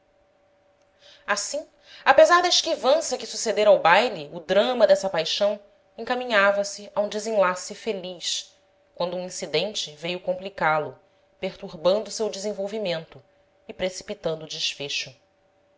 assim apesar da esquivança que sucedera ao baile o drama dessa paixão encaminhava se a um desenlace feliz quando um incidente veio complicá lo perturbando seu desenvolvimento e precipitando o desfecho